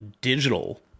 digital